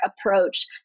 approach